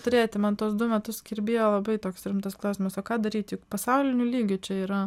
turėti man tuos du metus kirbėjo labai toks rimtas klausimas o ką daryti pasauliniu lygiu čia yra